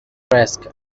risk